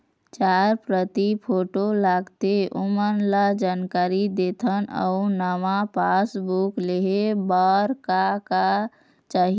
चार प्रति फोटो लगथे ओमन ला जानकारी देथन अऊ नावा पासबुक लेहे बार का का चाही?